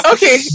Okay